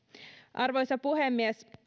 arvoisa puhemies